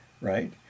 right